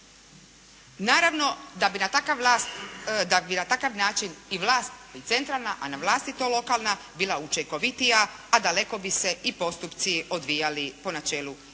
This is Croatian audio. Naravno da bi na takav način i vlast i centralna a …/Govornik se ne razumije./… bila učinkovitija, a daleko bi se i postupci odvijali po načelu